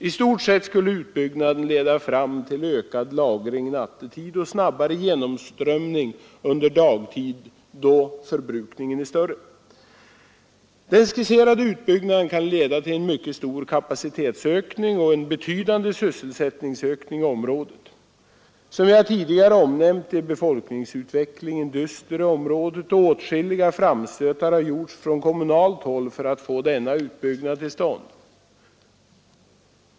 I stort sett skulle utbyggnaden leda fram till ökad lagring nattetid och snabbare genomströmning under dagtid, då förbrukningen är större. Den skisserade utbyggnaden kan leda till en mycket stor kapacitetsökning och en betydande sysselsättningsökning i området. Som jag tidigare nämnt är befolkningsutvecklingen dyster i området. Åtskilliga framstötar har gjorts från kommunalt håll för att få denna utbyggnad till stånd.